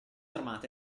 armata